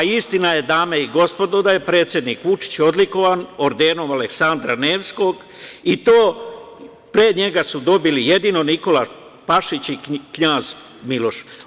Istina je, dame i gospodo, da je predsednik Aleksandar Vučić odlikovan ordenom Aleksandra Nevskog i to pre njega su dobili jedino Nikola Pašić i Knjaz Miloš.